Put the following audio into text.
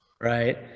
right